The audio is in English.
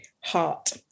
heart